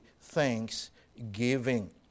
thanksgiving